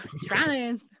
trying